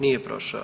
Nije prošao.